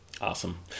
Awesome